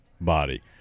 body